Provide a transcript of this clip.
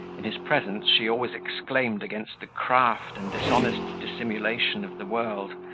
in his presence she always exclaimed against the craft and dishonest dissimulation of the world,